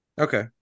Okay